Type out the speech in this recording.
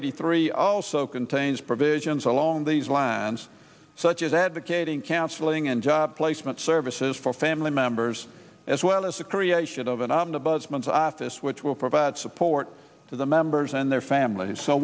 eighty three also contains provisions along these lines such as advocating counseling and job placement services for family members as well as the creation of an ombudsman sophos which will provide support to the members and their families so